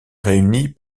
réunit